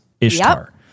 Ishtar